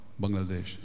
Bangladesh